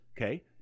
Okay